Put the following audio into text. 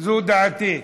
זו דעתי.